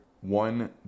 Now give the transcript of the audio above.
One